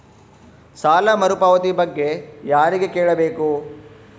ಸಾಲ ಮರುಪಾವತಿ ಬಗ್ಗೆ ಯಾರಿಗೆ ಕೇಳಬೇಕು?